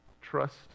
trust